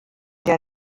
der